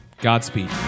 Godspeed